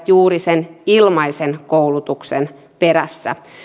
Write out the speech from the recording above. juuri sen ilmaisen koulutuksen perässä